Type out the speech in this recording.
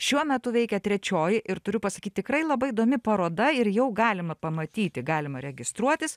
šiuo metu veikia trečioji ir turiu pasakyt tikrai labai įdomi paroda ir jau galima pamatyti galima registruotis